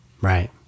Right